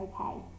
okay